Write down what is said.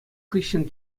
хыҫҫӑн